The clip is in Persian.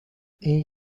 این